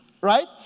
Right